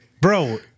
bro